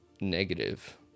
negative